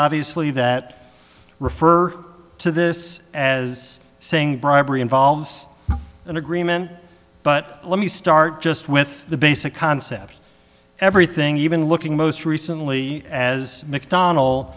obviously that refer to this as saying bribery involves an agreement but let me start just with the basic concept everything even looking most recently as mcdon